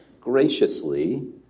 graciously